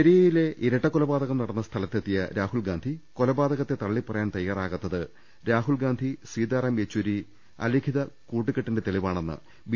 രുടെട്ട്ടറു പെരിയയിലെ ഇരട്ടക്കൊലപാതകം നടന്ന സ്ഥലത്തെത്തിയ രാഹുൽഗാ ന്ധി കൊലപാതകത്തെ തള്ളിപ്പറയാൻ തയ്യാറായത് രാഹുൽഗാന്ധി സീ താറാം യെച്ചൂരി അലിഖിത കൂട്ടുകെട്ടിന്റെ തെളിവാണെന്ന് ബി